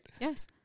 Yes